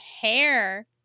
hair